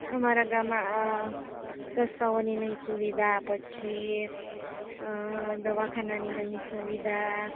અમારા ગામમાં અ રસ્તાઓની નહીં સુવિધા પછી અ દવાખાનાની નહીં સુવિધા